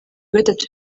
gatatu